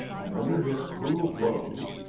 and under his cruel blows,